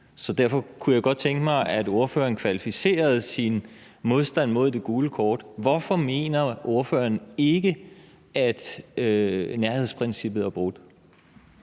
så derfor kunne jeg godt tænke mig, at ordføreren kvalificerede sin modstand mod det gule kort. Hvorfor mener ordføreren ikke, at nærhedsprincippet er brudt?